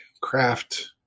craft